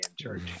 church